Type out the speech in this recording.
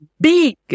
big